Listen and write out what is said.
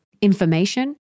information